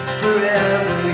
forever